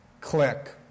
click